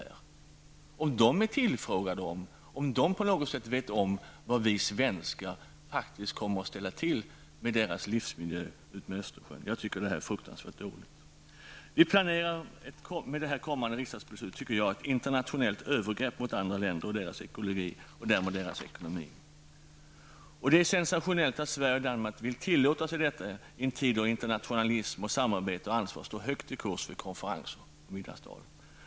Är de tillfrågade och vet de på något sätt om vad vi svenskar faktiskt kommer att ställa till med i deras livsmiljö utmed Östersjön? Jag anser att detta är fruktansvärt dåligt. Med det kommande riksdagsbeslutet planerar vi enligt min mening ett internationellt övergrepp mot andra länder och deras ekologi och därmed deras ekonomi. Det är sensationellt att Sverige och Danmark vill tillåta sig detta i en tid då internationalism, samarbete och ansvar står högt i kurs vid konferenser och middagstal.